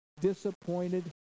disappointed